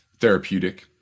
therapeutic